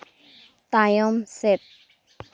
ᱛᱟᱭᱚᱢ ᱥᱮᱫ